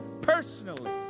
personally